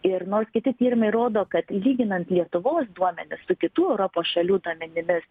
ir nors kiti tyrimai rodo kad lyginant lietuvos duomenis su kitų europos šalių duomenimis